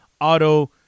auto